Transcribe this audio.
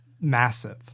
massive